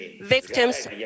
victims